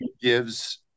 gives